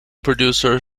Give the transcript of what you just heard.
producer